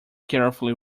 carefully